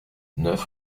neuf